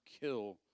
kill